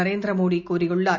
நரேந்திர மோடி கூறியுள்ளார்